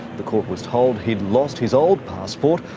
the court was told he'd lost his old passport,